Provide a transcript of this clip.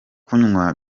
kunywa